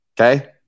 okay